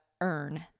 earn